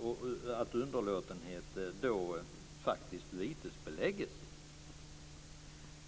och att underlåtenhet vitesbeläggs. 3.